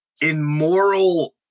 immoral